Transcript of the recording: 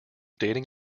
dating